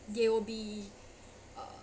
they will be uh